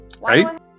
Right